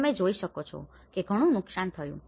તમે જોઈ શકો કે ઘણું નુકસાન થયું છે